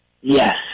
Yes